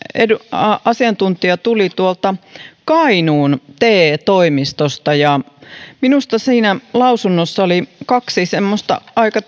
asiantuntija tuli tuolta kainuun te toimistosta ja minusta siinä lausunnossa oli kaksi semmoista aika